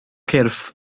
cyrff